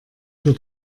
für